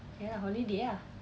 ya lah holiday ah